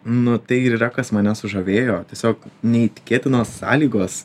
nu tai ir yra kas mane sužavėjo tiesiog neįtikėtinos sąlygos